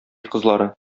кызлары